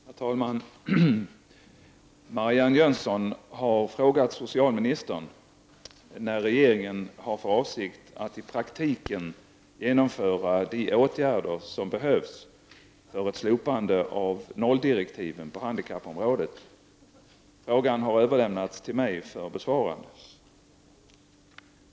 Herr talman! Marianne Jönsson har frågat socialministern när regeringen har för avsikt att i praktiken genomföra de åtgärder som behövs för ett slopande av nolldirektiven på handikappområdet. Frågan har överlämnats till mig för besvarande.